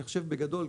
אני חושב שבגדול,